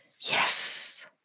Yes